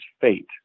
fate